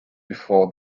before